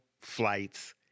flights